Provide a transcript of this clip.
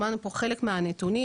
שמענו פה חלק מהנתונים.